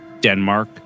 Denmark